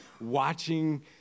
watching